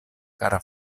kara